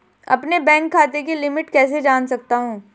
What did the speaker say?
अपने बैंक खाते की लिमिट कैसे जान सकता हूं?